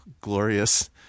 glorious